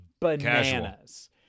bananas